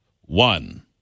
one